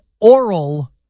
oral